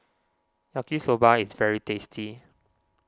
Yaki Soba is very tasty